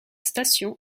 station